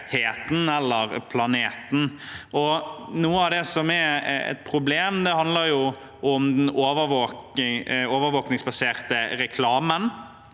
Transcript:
eller planeten. Noe av det som er et problem, handler om den overvåkningsbaserte reklamen,